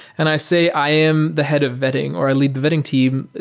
and i say i am the head of vetting or i lead the vetting team.